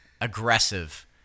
aggressive